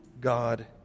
God